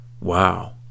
Wow